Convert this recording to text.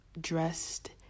dressed